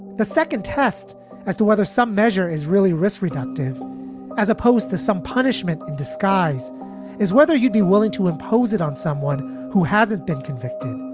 the second test as to whether some measure is really risk reductive as opposed to some punishment in disguise is whether he'd be willing to impose it on someone who hasn't been convicted,